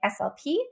SLP